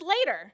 later